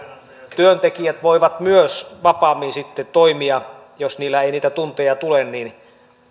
työntekijät voivat myös vapaammin sitten toimia jos heille ei niitä tunteja tule niin